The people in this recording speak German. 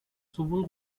sowohl